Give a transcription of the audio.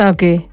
Okay